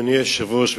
אדוני היושב-ראש,